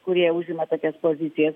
kurie užima tokias pozicijas